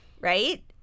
right